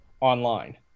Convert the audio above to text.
online